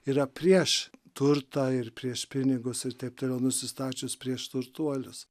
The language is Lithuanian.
yra prieš turtą ir prieš pinigus ir taip toliau nusistačius prieš turtuolius